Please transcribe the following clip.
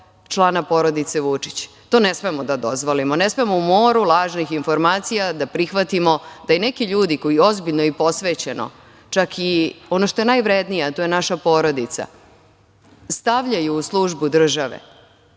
člana porodice Vučić. To ne smemo da dozvolimo, ne smemo u moru lažnih informacija da prihvatimo da neki ljudi koji ozbiljno i posvećeno, čak i ono što je najvrednije, a to je naša porodica, stavljaju u službu države